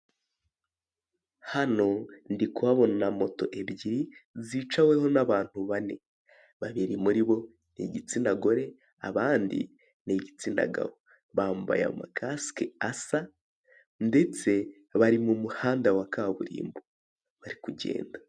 Hano ndi kuhabona moto ebyiri zicaweho n'abantu bane, babiri muri bo ni igitsina gore anandi ni igitsina gabo ndetse bambaye amakasike asa ndetse bari mu muhanda wa kaburimbo bari kugenda.